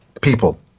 people